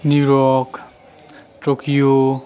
New York Tokyo